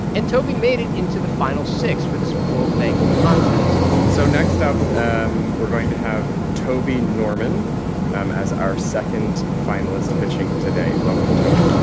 and toby made it into the final six for this world bank contest so next up, um we're going to have toby norman um as our second finalist pitching today. welcome, toby